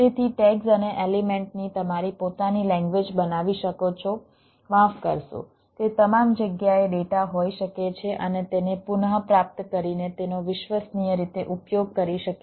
તેથી ટૅગ્સ અને એલિમેન્ટની તમારી પોતાની લેંગ્વેજ બનાવી શકો છો માફ કરશો તે તમામ જગ્યાએ ડેટા હોઈ શકે છે અને તેને પુન પ્રાપ્ત કરીને તેનો વિશ્વસનીય રીતે ઉપયોગ કરી શકે છે